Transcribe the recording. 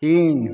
तीन